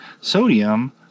sodium